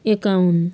एकाउन